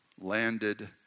landed